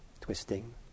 twisting